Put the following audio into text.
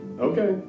Okay